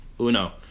Uno